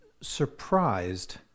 surprised